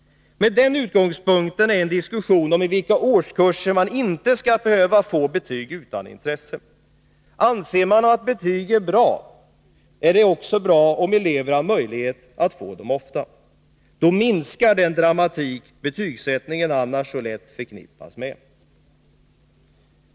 Med denna utgångspunkt är en diskussion om i vilka årskurser man inte skall behöva få betyg utan intresse. Anser man att betyg är bra, är det också bra om elever har möjlighet att få dem ofta. Då minskar den dramatik betygsättningen annars lätt blir förknippad med.